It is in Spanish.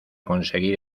conseguir